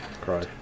Cry